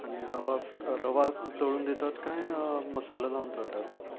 आनी रवा फ्राय रवा तळून दितात काय मसालो लावन तळटात